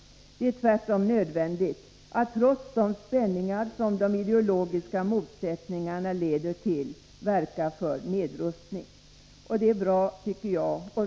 Det är tvärtom nödvändigt att trots de spänningar som de ideologiska motsättningarna leder till verka för nedrustning.” Det är bra, tycker jag.